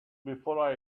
before